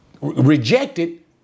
rejected